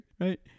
right